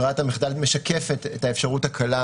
ברירת המחדל משקפת את האפשרות הקלה,